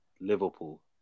Liverpool